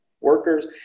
workers